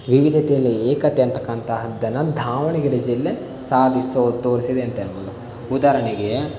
ವಿವಿಧತೆಯಲ್ಲಿ ಏಕತೆ ಅಂಥಕ್ಕಂತಹದನ್ನು ದಾವಣಗೆರೆ ಜಿಲ್ಲೆ ಸಾಧಿಸಿ ತೋರಿಸಿದೆ ಅಂತ ಹೇಳ್ಬೋದು ಉದಾಹರಣೆಗೆ